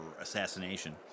Assassination